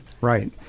Right